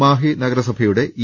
മാഹി നഗരസഭയുടെ ഇ